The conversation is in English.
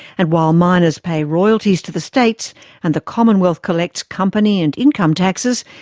and while miners pay royalties to the states and the commonwealth collects company and income taxes,